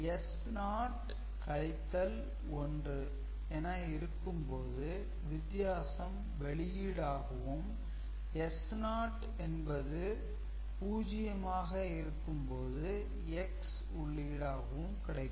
S0-1 என இருக்கும் போது வித்தியாசம் வெளியீடாகவும் S0 என்பது 0 ஆக இருக்கும் போது X உள்ளீடாகவும் கிடைக்கும்